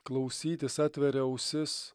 klausytis atveria ausis